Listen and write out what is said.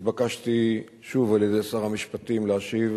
התבקשתי שוב על-ידי שר המשפטים להשיב